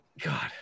God